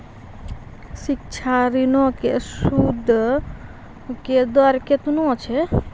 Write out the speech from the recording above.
शिक्षा ऋणो के सूदो के दर केतना छै?